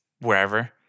wherever